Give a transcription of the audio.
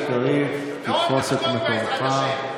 בעזרת השם,